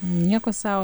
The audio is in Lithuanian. nieko sau